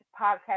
podcast